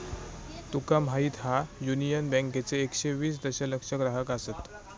तुका माहीत हा, युनियन बँकेचे एकशे वीस दशलक्ष ग्राहक आसत